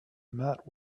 met